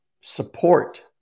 Support